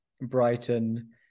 Brighton